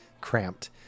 cramped